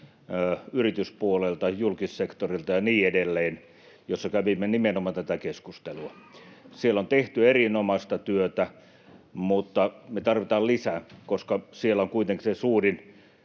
yrityspuolelta, julkissektorilta ja niin edelleen, ja kävimme nimenomaan tätä keskustelua. Siellä on tehty erinomaista työtä, mutta me tarvitaan lisää, koska siellä on kuitenkin tietyllä